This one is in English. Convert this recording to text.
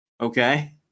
Okay